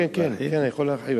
כן, כן, כן, אני יכול להרחיב.